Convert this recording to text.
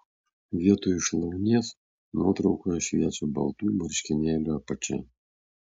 vietoj šlaunies nuotraukoje šviečia baltų marškinėlių apačia